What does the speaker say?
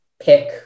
pick